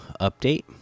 update